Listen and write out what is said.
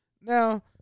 Now